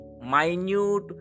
minute